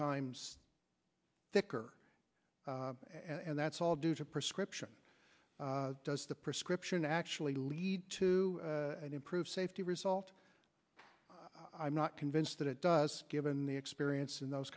times thicker and that's all due to prescription does the prescription actually lead to an improved safety result i'm not convinced that it does given the experience in those